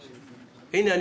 הינה,